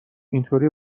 اینطوری